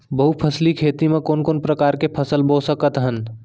बहुफसली खेती मा कोन कोन प्रकार के फसल बो सकत हन?